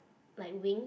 like wings